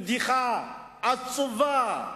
בדיחה עצובה,